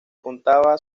contaba